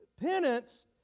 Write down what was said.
penance